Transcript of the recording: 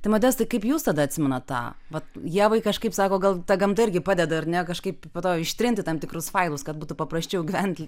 tai modestai kaip jūs tada atsimenat tą vat ievai kažkaip sako gal ta gamta irgi padeda ar ne kažkaip po to ištrinti tam tikrus failus kad būtų paprasčiau gyventi